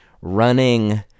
running